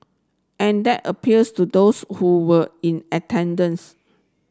and that appeals to those who were in attendance